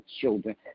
children